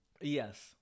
Yes